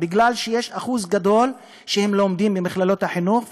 כי יש אחוז גדול שלומדים במכללות לחינוך,